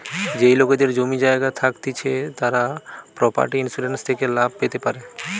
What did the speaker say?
যেই লোকেদের জমি জায়গা থাকতিছে তারা প্রপার্টি ইন্সুরেন্স থেকে লাভ পেতে পারে